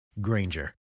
Granger